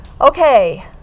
okay